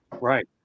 Right